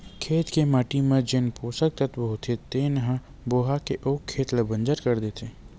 खेत के माटी म जेन पोसक तत्व होथे तेन ह बोहा के ओ खेत ल बंजर कर देथे